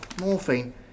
Morphine